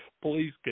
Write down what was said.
Please